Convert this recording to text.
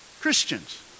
Christians